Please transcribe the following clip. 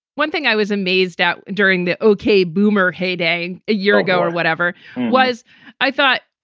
one thing i was amazed at during the ok boomer heyday a year ago or whatever was i thought,